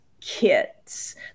kits